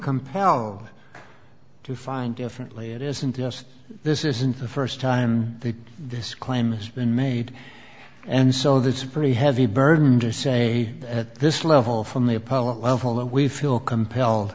compelled to find differently it isn't just this isn't the st time this claim has been made and so that's a pretty heavy burden to say at this level from the appellate level that we feel compelled